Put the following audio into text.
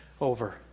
over